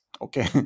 Okay